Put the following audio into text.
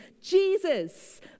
Jesus